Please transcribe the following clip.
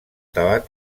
tabac